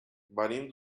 venim